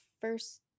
first